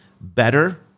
better